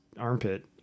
armpit